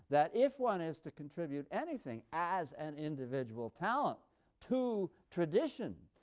that if one is to contribute anything as an individual talent to tradition,